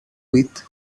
with